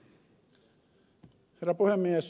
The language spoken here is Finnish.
herra puhemies